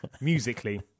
musically